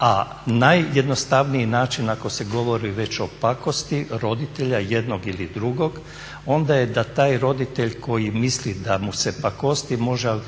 A najjednostavniji način ako se govori već o pakosti roditelja, jednog ili drugog, onda je da taj roditelj koji misli da mu se pakosti može